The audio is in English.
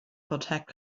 contact